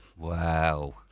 Wow